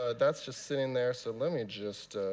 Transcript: ah that's just sitting there. so let me just